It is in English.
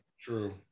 True